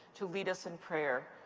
to lead us in prayer.